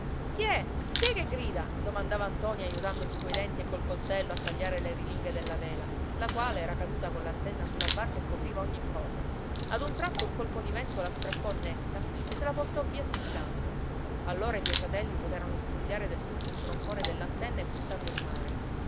chi è chi è che grida domandava ntoni aiutandosi coi denti e col coltello a tagliare le rilinghe della vela la quale era caduta coll'antenna sulla barca e copriva ogni cosa ad un tratto un colpo di vento la strappò netta e se la portò via sibilando allora i due fratelli poterono sbrogliare del tutto il troncone dell'antenna e buttarlo in mare